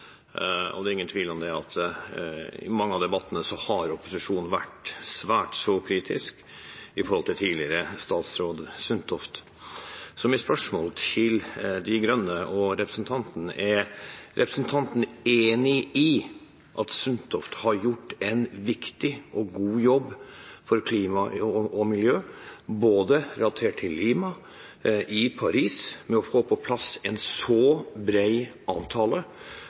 mange av debattene har opposisjonen vært svært så kritisk overfor tidligere statsråd Sundtoft. Mitt spørsmål til De Grønne og representanten er: Er representanten enig i at Sundtoft har gjort en viktig og god jobb for klimaet og miljøet, både relatert til Lima og Paris, med å få på plass en så bred avtale